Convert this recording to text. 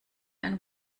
ein